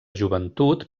joventut